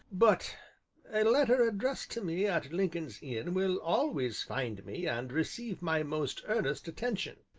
but a letter addressed to me at lincoln's inn will always find me and receive my most earnest attention.